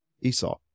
Esau